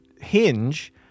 hinge